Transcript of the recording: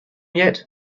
yet